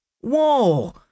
Whoa